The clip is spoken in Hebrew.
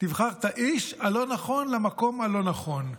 תבחר את האיש הלא-נכון למקום הלא-נכון.